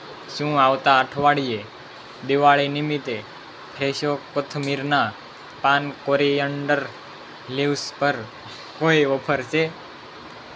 શું આવતા અઠવાડિયે દિવાળી નિમિત્તે ફ્રેશો કોથમીરનાં પાન કોરીઅંડર લિવ્સ પર કોઈ ઓફર છે